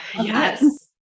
Yes